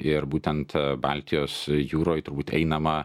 ir būtent baltijos jūroj turbūt einama